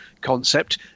concept